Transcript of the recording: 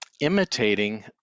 imitating